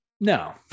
No